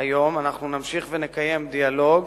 היום נמשיך ונקיים דיאלוג,